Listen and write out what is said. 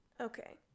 Okay